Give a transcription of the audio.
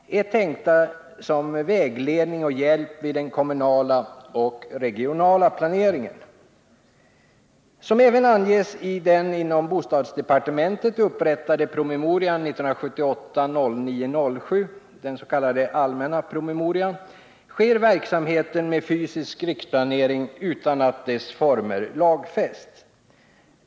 är tänkta som vägledning och hjälp vid den kommunala och regionala planeringen. Som även anges i den inom bostadsdepartementet upprättade promemo 175 rian av den 7 september 1978 — den s.k. allmänna promemorian — sker verksamheten med fysisk riksplanering utan att dess former lagfästs.